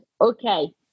okay